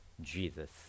Jesus